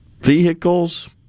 Vehicles